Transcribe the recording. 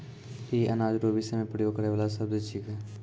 ई अनाज रो विषय मे प्रयोग करै वाला शब्द छिकै